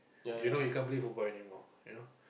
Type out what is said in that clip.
you know you can't play football anymore you know